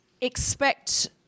Expect